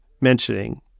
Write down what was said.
mentioning